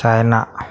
China